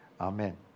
Amen